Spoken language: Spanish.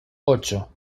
ocho